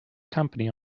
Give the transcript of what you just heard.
company